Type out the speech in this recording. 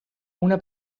una